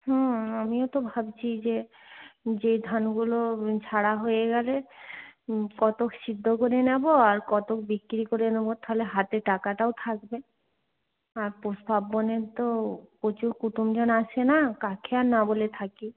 হুম আমিও তো ভাবছি যে যে ধানগুলো ঝাড়া হয়ে গেলে কতক সিদ্ধ করে নেবো আর কতক বিক্রি করে নেবো তাহলে হাতে টাকাটাও থাকবে আর পৌষ পার্বনে তো প্রচুর কুটুমজন আসে না কাকে আর না বলে থাকি